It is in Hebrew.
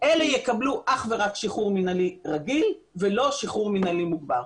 אלה יקבלו אך ורק שחרור מנהלי רגיל ולא שחרור מנהלי מוגבר.